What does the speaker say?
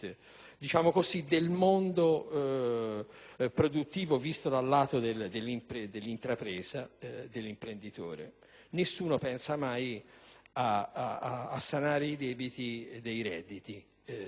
deficit del mondo produttivo visto dal lato dell'intrapresa e dell'imprenditore. Nessuno pensa mai a sanare i debiti dei redditi;